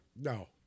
No